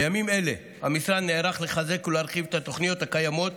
בימים אלה המשרד נערך לחזק ולהרחיב את התוכניות הקיימות